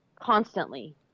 constantly